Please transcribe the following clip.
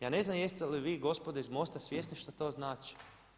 Ja ne znam jeste li vi gospodo iz MOST-a svjesni što to znači?